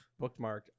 bookmarked